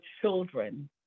children